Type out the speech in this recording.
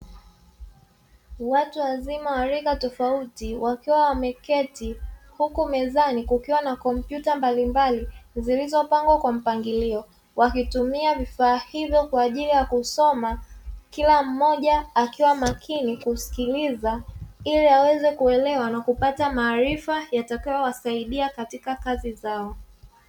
Watu wazima wa rika tofauti, wakiwa wameketi, huku mezani kukiwa na kompyuta mbalimbali zilizopangwa kwa mpangilio, wakitumia vifaa hivyo kwa ajili ya kusoma. Kila mmoja akiwa makini kusikiliza ili aweze kuelewa na kupata maarifa yatakayowasaidia katika kazi zao.